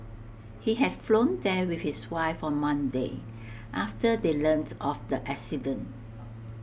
he had flown there with his wife on Monday after they learnt of the accident